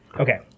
Okay